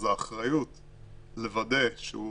אז האחריות לוודא שהוא